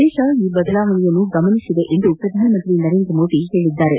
ದೇಶ ಈ ಬದಲಾವಣೆಯನ್ನು ಗಮನಿಸಿದೆ ಎಂದು ಪ್ರಧಾನಮಂತ್ರಿ ನರೇಂದ್ರ ಮೋದಿ ಹೇಳಿದ್ದಾರೆ